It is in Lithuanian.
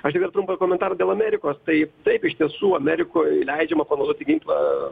aš tai vėl trumpą komentarą dėl amerikos tai taip iš tiesų amerikoj leidžiama panaudoti ginklą